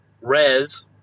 res